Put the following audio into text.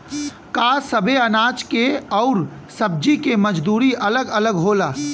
का सबे अनाज के अउर सब्ज़ी के मजदूरी अलग अलग होला?